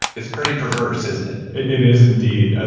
it's pretty perverse, isn't it? it is indeed. ah